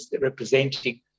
representing